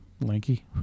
lanky